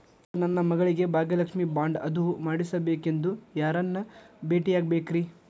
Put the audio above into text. Sir ನನ್ನ ಮಗಳಿಗೆ Bhagyalakshmi bond ಅದು ಮಾಡಿಸಬೇಕೆಂದು ಯಾರನ್ನ ಭೇಟಿಯಾಗಬೇಕ್ರಿ?